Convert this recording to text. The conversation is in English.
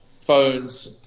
phones